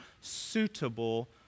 suitable